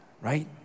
right